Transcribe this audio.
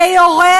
ויורה,